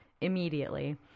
immediately